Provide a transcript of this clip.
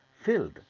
filled